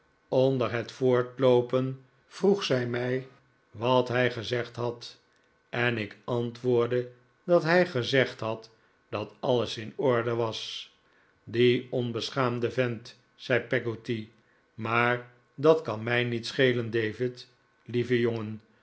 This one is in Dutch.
onder het voortloopen vroeg zij mij wat hij gezegd had en ik antwoordde dat hij gezegd had dat alles in orde was die onbeschaamde vent zei peggotty maar dat kan mij niet schelen david lieve jongen